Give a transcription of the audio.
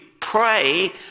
pray